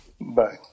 Bye